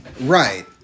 Right